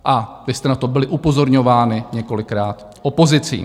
A vy jste na to byli upozorňováni několikrát opozicí.